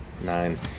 Nine